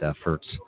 efforts